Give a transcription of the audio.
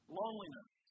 loneliness